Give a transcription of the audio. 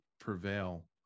prevail